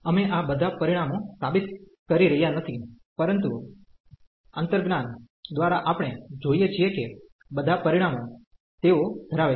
તેથી અમે આ બધા પરિણામો સાબિત કરી રહ્યા નથી પરંતુ અંતર્જ્ઞાન દ્વારા આપણે જોઈએ છીએ કે બધા પરિણામો તેઓ ધરાવે છે